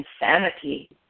insanity